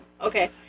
Okay